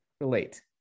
relate